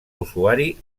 usuari